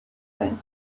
friend